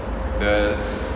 the